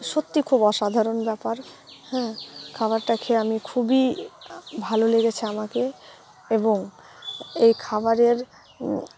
সত্যি খুব অসাধারণ ব্যাপার হ্যাঁ খাবারটা খেয়ে আমি খুবই ভালো লেগেছে আমাকে এবং এই খাবারের